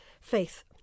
Faith